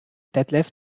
detlef